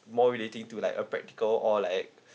more relating to like a practical or like